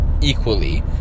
equally